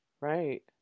Right